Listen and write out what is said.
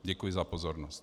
Děkuji za pozornost.